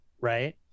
Right